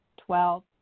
Twelve